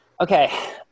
Okay